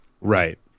Right